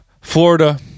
Florida